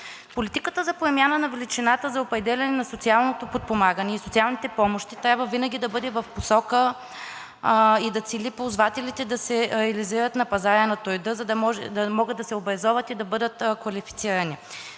Политиката за промяна на величината за определяне на социалното подпомагане и социалните помощи трябва винаги да бъде в посока и да цели ползвателите да се реализират на пазара на труда, за да могат да се образоват и да бъдат квалифицирани,